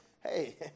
hey